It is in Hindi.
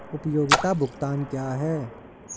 उपयोगिता भुगतान क्या हैं?